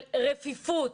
ורפיון.